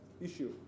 issue